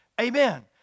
Amen